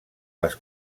les